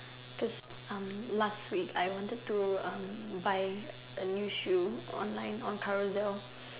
just um last week I wanted to erm buy a new shoe online on Carousell